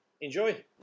enjoy